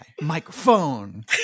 microphone